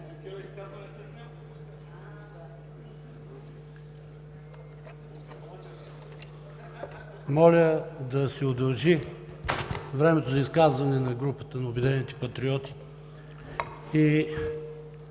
Моля да се удължи времето за изказване на групата на „Обединените патриоти“.